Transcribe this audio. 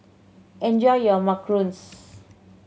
enjoy your macarons